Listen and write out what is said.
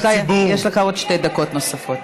אני מתקנת, יש לך עוד שתי דקות נוספות.